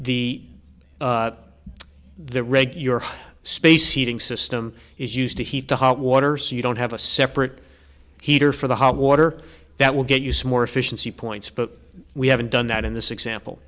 the the reg your space heating system is used to heat the hot water so you don't have a separate heater for the hot water that will get you some more efficiency points but we haven't done that in this example